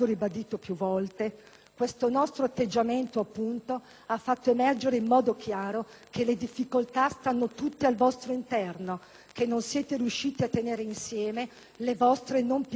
affrontare l'emergenza - ha fatto emergere in modo chiaro che le difficoltà stanno tutte al vostro interno e che non siete riusciti a tenere insieme le vostre non piccole contraddizioni.